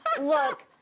look